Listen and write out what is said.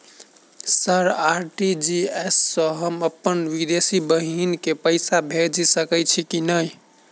Sir RTGS सँ हम अप्पन विदेशी बहिन केँ पैसा भेजि सकै छियै की नै?